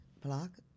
block